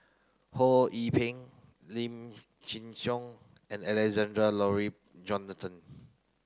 Ho Yee Ping Lim Chin Siong and Alexander Laurie Johnston